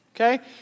Okay